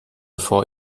vor